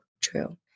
True